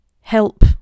help